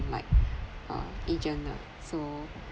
like uh agent lah so